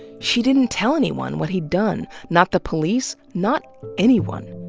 she didn't tell anyone what he'd done not the police, not anyone.